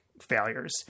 failures